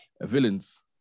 villains